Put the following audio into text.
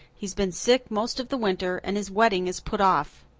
he's been sick most of the winter and his wedding is put off.